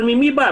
אבל ממי זה בא?